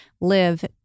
live